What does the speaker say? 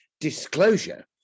disclosure